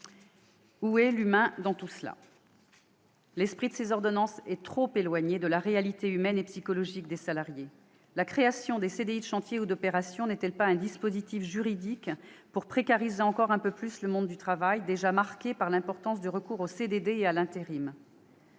Où est l'humain dans tout cela ? L'esprit de ces ordonnances est trop éloigné de la réalité humaine et psychologique des salariés. La création des « CDI de chantier ou d'opération » n'est-elle pas une innovation juridique visant à précariser encore un peu plus le monde du travail, déjà marqué par l'importance du recours aux CDD et à l'intérim ?